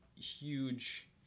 huge